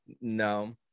No